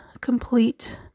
complete